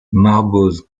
marboz